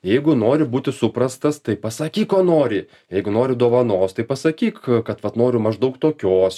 jeigu nori būti suprastas tai pasakyk ko nori jeigu nori dovanos tai pasakyk kad vat noriu maždaug tokios